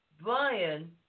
Brian